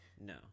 No